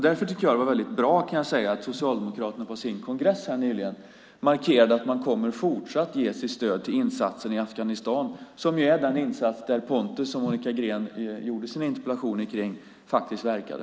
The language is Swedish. Därför tycker jag att det var väldigt bra att Socialdemokraterna på sin kongress nyligen markerade att de fortsatt kommer att ge sitt stöd till insatsen i Afghanistan, som är den insats där Pontus, som Monica Greens interpellation utgick ifrån, faktiskt verkade.